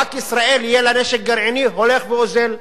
שרק ישראל יהיה לה נשק גרעיני, הולך ואוזל.